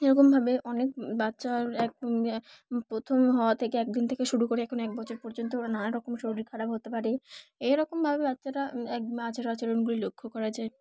এরকমভাবে অনেক বাচ্চার এক প্রথম হওয়া থেকে একদিন থেকে শুরু করে এখন এক বছর পর্যন্ত নানাারকম শরীর খারাপ হতে পারে এরকমভাবে বাচ্চারা এক আচার আচরণগুলি লক্ষ্য করা যায়